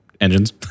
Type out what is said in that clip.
engines